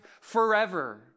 forever